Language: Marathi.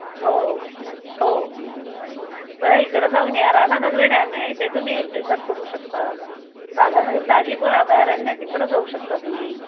हो हो तर इकडं जाऊन या राधानगरी डॅम आहे ते तुम्ही एक दिवसात करू शकता राधानगरी दाजीपूर अभयारण्य आहे तिकडं जाऊ शकता तुम्ही